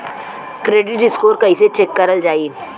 Credit score कइसे check करल जायी?